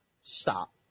stop